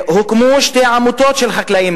הוקמו שתי עמותות של חקלאים,